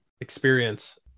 experience